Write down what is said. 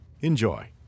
Enjoy